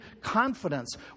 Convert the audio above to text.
confidence